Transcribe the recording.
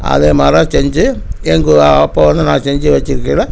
அதே மாரி செஞ்சு எனக்கு அப்போது வந்து நான் செஞ்சு வெச்சிருக்கையில்